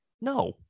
no